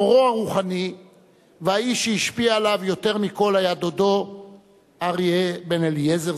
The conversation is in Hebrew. מורו הרוחני והאיש שהשפיע עליו יותר מכול היה דודו אריה בן-אליעזר,